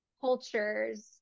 cultures